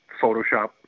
Photoshop